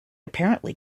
apparently